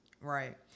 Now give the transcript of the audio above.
Right